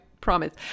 promise